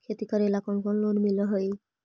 खेती करेला कौन कौन लोन मिल हइ?